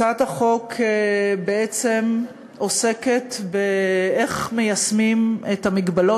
הצעת החוק עוסקת באיך מיישמים את ההגבלות